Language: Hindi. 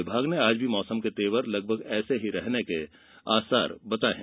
विभाग ने आज भी मौसम के तेवर लगभग ऐसे ही रहने के आसार है